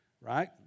right